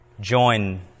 join